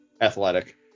athletic